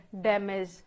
damage